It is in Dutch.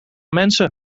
mensen